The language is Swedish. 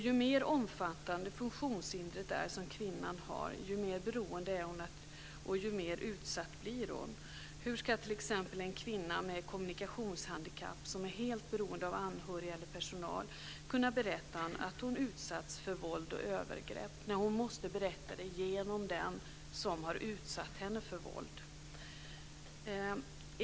Ju mer omfattande det funktionshinder är som kvinnan har desto mer beroende är hon och desto mer utsatt blir hon. Hur ska t.ex. en kvinna med kommunikationshandikapp, som är helt beroende av anhöriga eller personal, kunna berätta att hon utsatts för våld och övergrepp när hon måste berätta det genom den som har utsatt henne för våld?